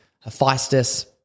Hephaestus